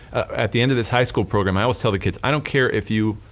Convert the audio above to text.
at the end of this high school program, i always tell the kids, i don't care if you,